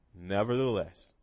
Nevertheless